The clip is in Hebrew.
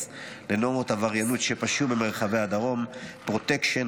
לנורמות עבריינות שפשו במרחבי הדרום: פרוטקשן,